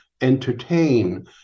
entertain